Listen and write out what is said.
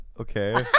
Okay